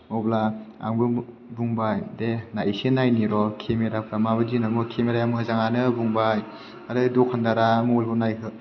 अब्ला आंबो बुंबाय दे एसे नायनि र' केमेराफ्रा माबादि होनना बुंबाय केमेरा मोजाङानो बुंबाय आरो दखानदारा मबाइलखौ